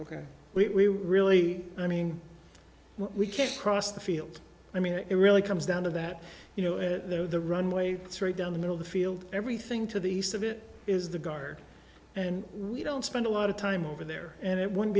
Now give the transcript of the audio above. ok we really i mean we came across the field i mean it really comes down to that you know though the runway it's right down the middle the field everything to the east of it is the guard and we don't spend a lot of time over there and it would